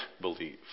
Believe